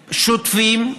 שוטפים,